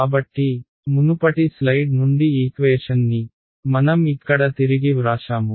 కాబట్టి మునుపటి స్లైడ్ నుండి ఈక్వేషన్ ని మనం ఇక్కడ తిరిగి వ్రాశాము